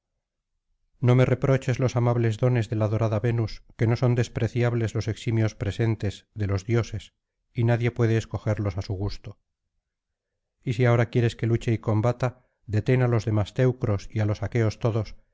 xo me reproches los amables dones de la dorada venus que no son despreciables los eximios presentes de los dioses y nadie puede escogerlos á su gusto y si ahora quieres que luche y combata deten á los demás teucros y á los aqueos todos